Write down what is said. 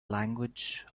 language